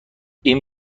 این